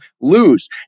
lose